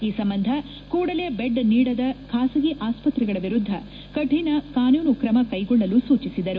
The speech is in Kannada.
ಈ ಸಂಬಂಧ ಕೂಡಲೇ ಬೆಡ್ ನೀಡದ ಖಾಸಗಿ ಆಸ್ಪತ್ರೆಗಳ ವಿರುದ್ದ ಕಠಿಣ ಕಾನೂನು ಕ್ರಮ ಕೈಗೊಳ್ಳಲು ಸೂಚಿಸಿದರು